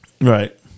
Right